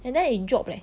and then it dropped leh